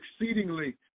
exceedingly